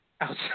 outside